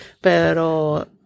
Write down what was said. Pero